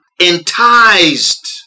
enticed